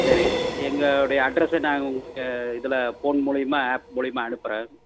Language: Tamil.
சரிங்க எங்களுடைய அட்ரெஸ்ஸை நாங்கள் உங்களுக்கு இதில் ஃபோன் மூலிமா ஆப் மூலிமா அனுப்புகிறேன்